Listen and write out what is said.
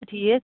ٹھیٖک